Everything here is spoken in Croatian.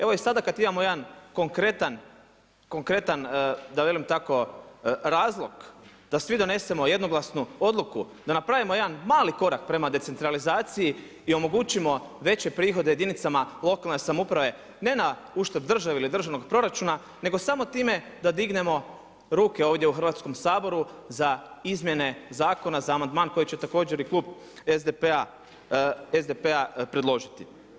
Evo i sada kada imamo jedan konkretan razlog da svi donesemo jednoglasnu odluku, da napravimo jedan mali korak prema decentralizaciji i omogućimo veće prihode jedinicama lokalne samouprave ne na uštrb države ili državnog proračuna nego samo time da dignemo ruke ovdje u Hrvatskom saboru za izmjene zakona za amandman koji će također i klub SDP-a predložiti.